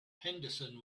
henderson